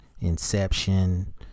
Inception